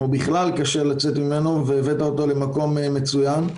והבאת אותו למקום מצוין.